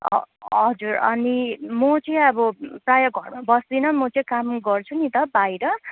ह हजुर अनि म चाहिँ अब प्रायः घरमा बस्दिनँ म चाहिँ काम गर्छु नि त बाहिर